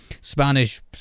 Spanish